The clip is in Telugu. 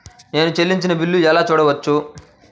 నేను చెల్లించిన బిల్లు ఎలా చూడవచ్చు?